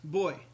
boy